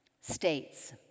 states